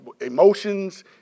Emotions